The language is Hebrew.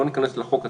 לא ניכנס לחוק עצמו,